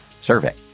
survey